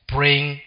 Praying